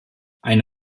eine